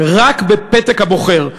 רק בפתק הבוחר.